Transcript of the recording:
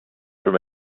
from